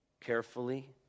carefully